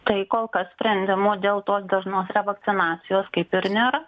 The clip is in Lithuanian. tai kol kas sprendimo dėl tos dažnos revakcinacijos kaip ir nėra